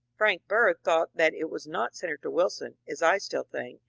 frank bird thought that it was not senator wilson, as i still think,